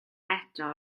eto